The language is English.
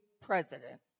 president